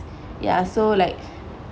ya so like